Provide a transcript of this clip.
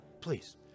please